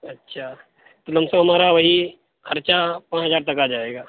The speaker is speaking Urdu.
اچھا تو لم سم ہمارا وہی خرچہ پانچ ہزار تک آ جائے گا